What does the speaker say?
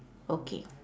okay